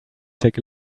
take